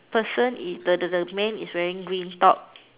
person it the the the man is wearing green top